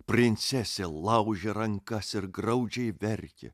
princesė laužė rankas ir graudžiai verkė